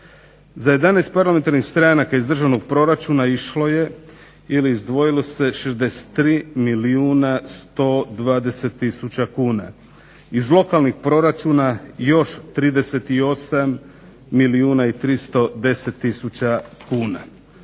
Za 11 parlamentarnih stranaka iz državnog proračuna išlo je ili izdvojilo se 63 milijuna 120 tisuća kuna. Iz lokalnih proračuna još 38 milijuna i 310 tisuća kuna.